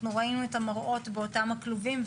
אנחנו ראינו את המראות באותם הכלובים,